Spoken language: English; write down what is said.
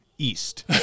east